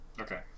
Okay